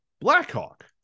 Blackhawk